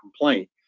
complaint